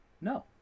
No